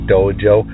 Dojo